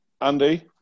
Andy